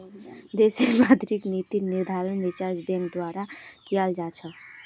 देशत मौद्रिक नीतिर निर्धारण रिज़र्व बैंक द्वारा कियाल जा छ